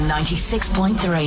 96.3